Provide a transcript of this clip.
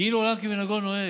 כאילו עולם כמנהגו נוהג,